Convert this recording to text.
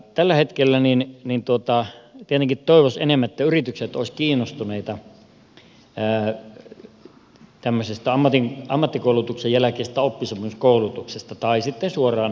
tällä hetkellä tietenkin toivoisi että yritykset olisivat enemmän kiinnostuneita tämmöisestä ammattikoulutuksen jälkeisestä oppisopimuskoulutuksesta tai sitten suoraan jo oppisopimuskoulutuksesta